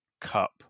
Cup